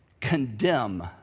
condemn